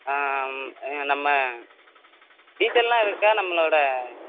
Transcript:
நம்ம டீசல்லாம் இருக்கா நம்மளோட